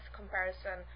comparison